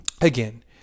again